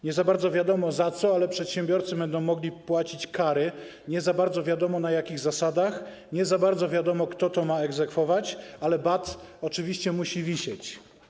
Nie za bardzo wiadomo za co, ale przedsiębiorcy będą mogli płacić kary, nie za bardzo wiadomo, na jakich zasadach, nie za bardzo wiadomo, kto to ma egzekwować, ale bat oczywiście musi wisieć.